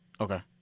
Okay